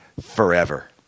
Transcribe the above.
forever